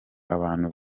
abantu